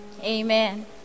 Amen